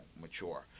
mature